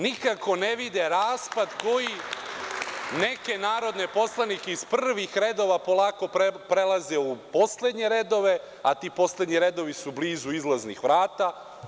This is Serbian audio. Nikako ne vide raspad gde neki narodni poslanici iz prvih redova polako prelaze u poslednje redove, a ti poslednji redovi su blizu izlaznih vrata.